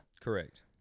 Correct